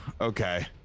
okay